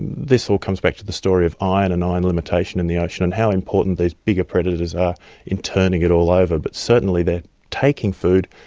this all comes back to the story of iron and iron limitation in the ocean and how important these bigger predators are in turning it all over. but certainly they're taking food,